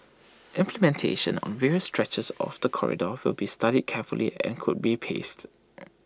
implementation on various stretches of the corridor will be studied carefully and could be paced